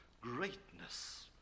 greatness